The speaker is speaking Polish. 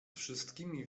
wszystkimi